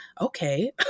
okay